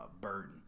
burden